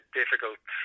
difficult